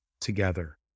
together